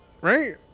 Right